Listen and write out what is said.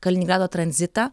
kaliningrado tranzitą